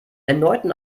erneuten